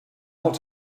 ought